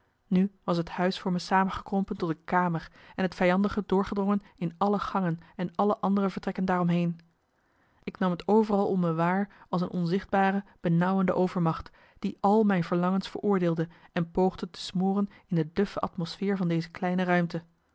nu was het huis voor me samengekrompen tot een kamer en het vijandige doorgedrongen in alle gangen en alle andere vertrekken daaromheen ik nam t overal om me waar als een onzichtbare marcellus emants een nagelaten bekentenis benauwende overmacht die al mijn verlangens veroordeelde en poogde te smoren in de duffe atmosfeer van deze kleine ruimte